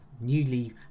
newly